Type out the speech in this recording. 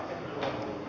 asia